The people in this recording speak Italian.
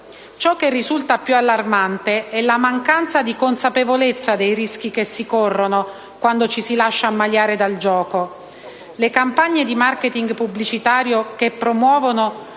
Ciò che risulta più allarmante è la mancanza di consapevolezza dei rischi che si corrono quando ci si lascia ammaliare dal gioco. Le campagne di *marketing* pubblicitario che promuovono